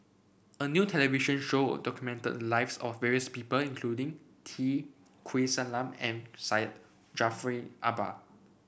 a new television show documented the lives of various people including T Kulasekaram and Syed Jaafar Albar